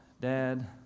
Dad